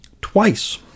Twice